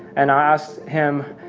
and i asked him,